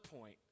point